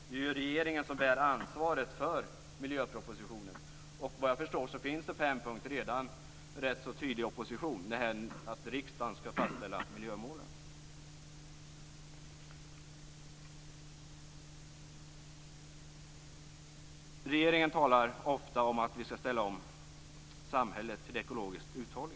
Det är ju regeringen som bär ansvaret för miljöpropositionen. Och såvitt jag förstår finns det redan på en punkt en rätt så tydlig opposition, nämligen att riksdagen skall fastställa miljömålen. Regeringen talar ofta om att vi skall ställa om samhället så att det blir ekologiskt uthålligt.